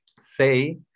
say